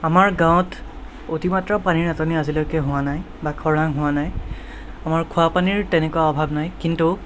আমাৰ গাঁৱত অতিমাত্ৰা পানীৰ নাটনি আজিলৈকে হোৱা নাই বা খৰাং হোৱা নাই আমাৰ খোৱা পানীৰ তেনেকুৱা অভাৱ নাই কিন্তু